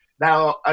now